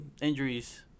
injuries